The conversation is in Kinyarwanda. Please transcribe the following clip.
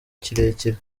kirekire